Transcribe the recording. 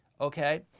Okay